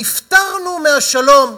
נפטרנו מהשלום.